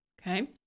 Okay